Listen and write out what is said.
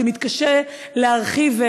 שמתקשה להתרחב,